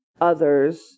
others